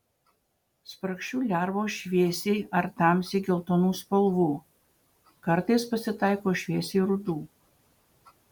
spragšių lervos šviesiai ar tamsiai geltonų spalvų kartais pasitaiko šviesiai rudų